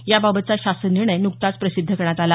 या बाबतचा शासन निर्णय नुकताच प्रसिद्ध करण्यात आला